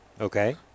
Okay